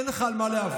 אין לך על מה להיאבק.